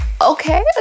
okay